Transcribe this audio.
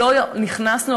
לא נכנסנו,